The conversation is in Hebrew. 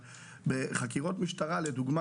בחקירות משטרה למשל,